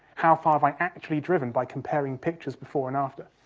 how far have i actually driven? by comparing pictures before and after.